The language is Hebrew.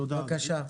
בבקשה.